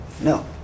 No